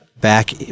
Back